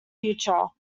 future